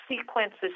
sequences